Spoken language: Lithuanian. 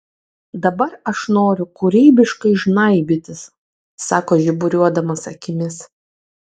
dabar aš noriu kūrybiškai žnaibytis sako žiburiuodamas akimis